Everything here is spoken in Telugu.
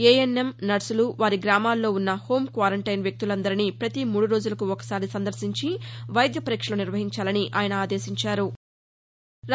ఏఎన్ఎం నర్సులు వారి గ్రామాల్లో ఉన్న హోం క్వారంటైన్ వ్యక్తులందరినీ ప్రతి మూడు రోజులకు ఒకసారి సందర్భించి వైద్య పరీక్షలు నిర్వహించాలని ఆయన ఆదేశించారు